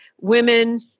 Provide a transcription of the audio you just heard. women